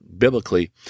biblically